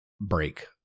break